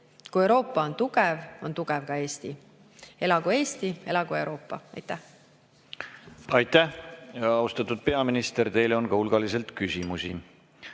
Kui Euroopa on tugev, on tugev ka Eesti. Elagu Eesti! Elagu Euroopa! Aitäh! Austatud peaminister, teile on ka hulgaliselt küsimusi.